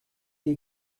die